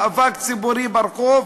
מאבק ציבורי ברחוב,